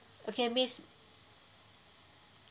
okay miss